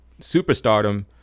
superstardom